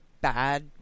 bad